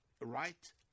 right